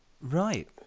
Right